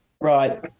Right